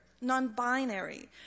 non-binary